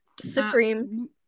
Supreme